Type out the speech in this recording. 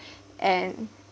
and